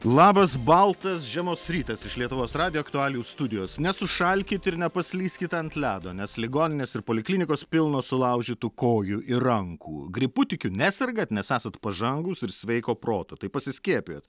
labas baltas žiemos rytas iš lietuvos radijo aktualijų studijos nesušalkit ir nepaslyskit ant ledo nes ligoninės ir poliklinikos pilnos sulaužytų kojų ir rankų gripu tikiu nesergat nes esat pažangūs ir sveiko proto tai pasiskiepijot